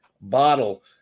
bottle